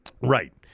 Right